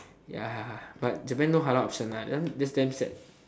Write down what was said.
ya but Japan no halal option lah that one that's damn sad